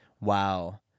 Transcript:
Wow